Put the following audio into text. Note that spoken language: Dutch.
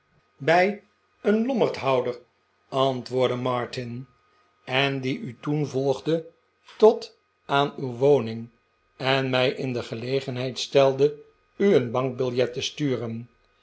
bij een lommerdhouder antwoordde martin i en die u toen volgde tot aan uw woning en mij in de gelegenheid stelde u een bankbiljet te sturen